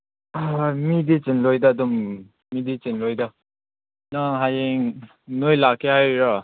ꯑꯥ ꯃꯤꯗꯤ ꯆꯤꯜꯂꯣꯏꯗ ꯑꯗꯨꯝ ꯃꯤꯗꯤ ꯆꯤꯜꯂꯣꯏꯗ ꯅꯪ ꯍꯌꯦꯡ ꯅꯣꯏ ꯂꯥꯛꯀꯦ ꯍꯥꯏꯔꯤꯔꯣ